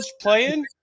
playing